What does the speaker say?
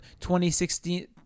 2016